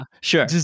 sure